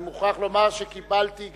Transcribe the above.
אני מוכרח לומר שקיבלתי,